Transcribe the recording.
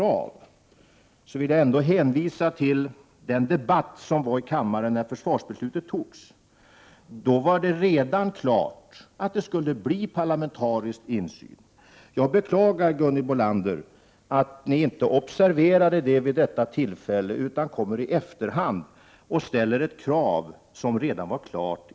Anmälda behov upgår till 91,5 milj.kr. Tilldelningen för att påbörja nya skyddsrumsbyggen är 44,7 milj.kr.